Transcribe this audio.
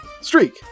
Streak